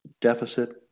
Deficit